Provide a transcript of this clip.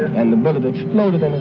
and the bullet exploded